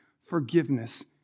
forgiveness